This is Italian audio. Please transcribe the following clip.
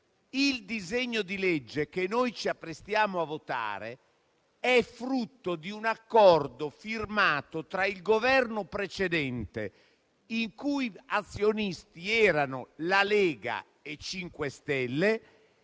disegno di legge. Quello che ci apprestiamo a votare è frutto di un accordo firmato tra il Governo precedente, i cui azionisti erano Lega e 5 Stelle,